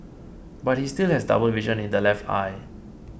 but he still has double vision in the left eye